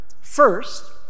first